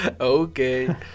Okay